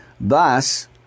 Thus